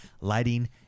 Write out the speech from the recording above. lighting